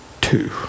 two